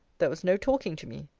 there was no talking to me.